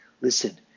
listen